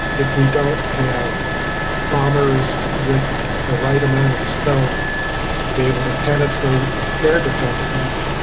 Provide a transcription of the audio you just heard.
if we don't have bombers with the right amount of stealth to be able to penetrate air defences,